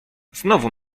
znowu